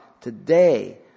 Today